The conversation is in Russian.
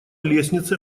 лестнице